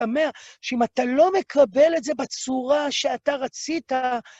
אתה אומר שאם אתה לא מקבל את זה בצורה שאתה רצית...